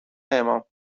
امام